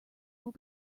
will